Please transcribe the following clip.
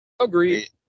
agreed